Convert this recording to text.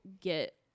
get